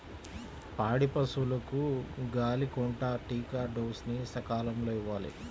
పాడి పశువులకు గాలికొంటా టీకా డోస్ ని సకాలంలో ఇవ్వాలి